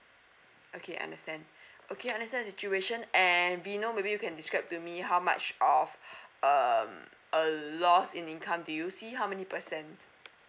okay understand okay understand the situation and vino maybe you can describe to me how much of a um a loss in income do you see how many percent